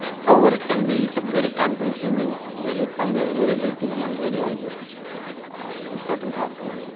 however it can be very time-consuming and there is some very variability among radiologists on certain tasks.